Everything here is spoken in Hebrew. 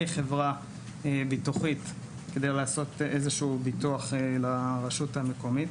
חברה ביטוחית כדי לעשות איזשהו ביטוח לרשות המקומית.